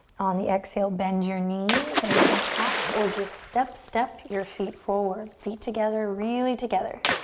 on the exhale, bend your knees. and you can hop or just step, step your feet forward. feet together, really together.